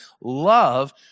love